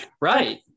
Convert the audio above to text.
right